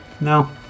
No